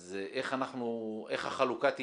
אז החלוקה תהיה?